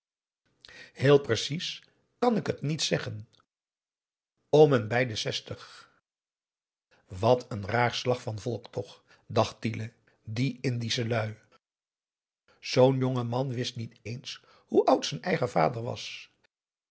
heel precies kan ik het niet zeggen om en bij de zestig wat n raar slag van volk toch dacht tiele die indische lui zoo'n jonge man wist niet eens hoe oud z'n eigen vader was